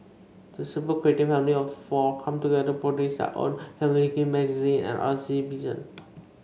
the super creative family of four come together to produce their own family magazines and art exhibition